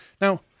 Now